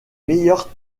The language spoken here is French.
meilleurs